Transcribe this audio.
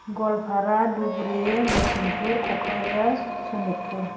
Goalpara Dhubri Lakhimpur Kokrajhar Sonitpur